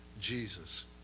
Jesus